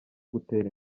gutera